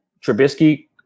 Trubisky